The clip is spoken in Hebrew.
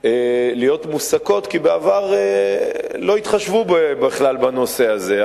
להיות מוסקות, כי בעבר לא התחשבו בכלל בנושא הזה.